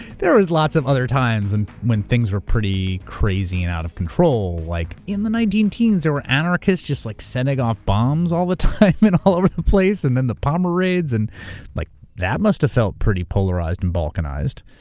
there was lots of other times when things were pretty crazy and out of control. like in the nineteen-tens there were anarchists just like sending off bombs all the time and all over the place. and then the palmer raids, and like that must've felt pretty polarized and balkanized.